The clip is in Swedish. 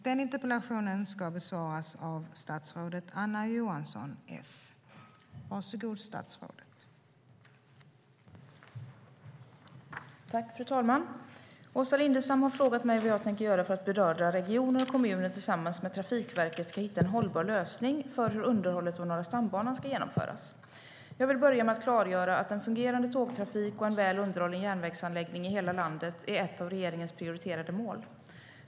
Fru talman! Åsa Lindestam har frågat mig vad jag tänker göra för att berörda regioner och kommuner tillsammans med Trafikverket ska hitta en hållbar lösning för hur underhållet av Norra stambanan ska genomföras. Jag vill börja med att klargöra att en fungerande tågtrafik och en väl underhållen järnvägsanläggning i hela landet är ett av regeringens prioriterade mål.